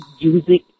music